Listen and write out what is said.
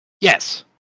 Yes